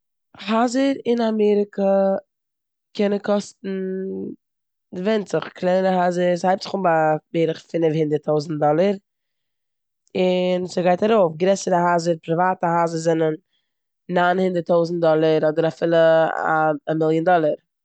הייזער אין אמעריקע קענען קאסטן, ס'ווענדט זיך. קלענערע הייזער, ס'הייבט זיך ביי בערך פינף הונדערט טויזנט דאללער און ס'גייט ארויף. גרעסערע הייזער, פריוואטע הייזער זענען ניין הונדערט טויזנט דאללער אדער אפילו א- א מיליאן דאללער.